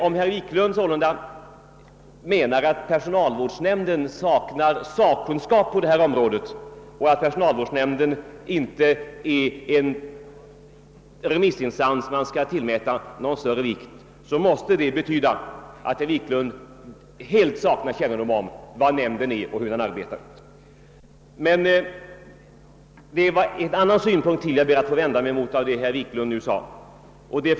Om herr Wiklund anser att personalvårdsnämnden inte har sakkunskap på detta område och att den som remissinstans inte bör tillmätas någon större vikt, måste det således betyda att herr Wiklund helt saknar kännedom om nämnden och dess arbete. Jag vill också vända mig mot en an nan sak som herr Wiklund sade. Det gäller.